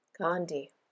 Gandhi